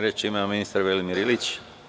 Reč ima ministar Velimir Ilić.